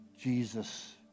Jesus